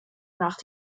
nach